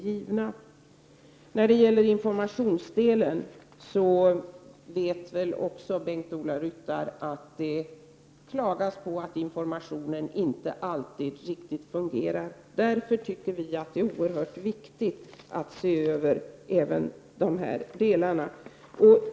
Även Bengt-Ola Ryttar vet väl att det klagas på att informationen inte alltid fungerar riktigt. Därför tycker vi att det är oerhört viktigt att se över även de delarna.